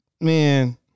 man